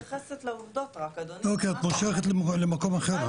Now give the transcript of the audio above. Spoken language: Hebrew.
אני מתייחסת רק לעובדות, אדוני.